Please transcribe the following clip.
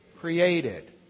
created